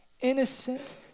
innocent